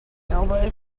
nobody